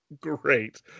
great